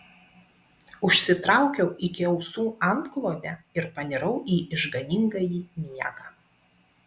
užsitraukiau iki ausų antklodę ir panirau į išganingąjį miegą